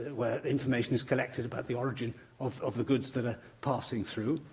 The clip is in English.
where information is collected about the origin of of the goods that are passing through,